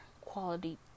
quality